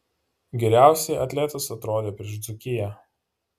geriausiai atletas atrodė prieš dzūkiją